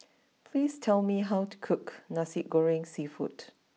please tell me how to cook Nasi Goreng Seafood